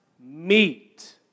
meet